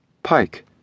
Pike